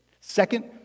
second